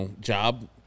job